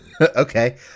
Okay